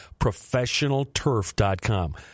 ProfessionalTurf.com